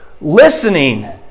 Listening